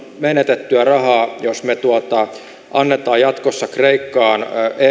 menetettyä rahaa jos me annamme jatkossa kreikkaan